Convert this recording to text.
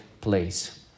place